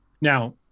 Now